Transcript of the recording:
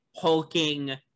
hulking